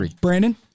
Brandon